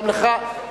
גם לך,